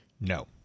no